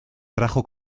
trajo